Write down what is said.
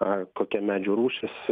ar kokia medžių rūšis